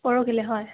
পৰহিলৈ হয়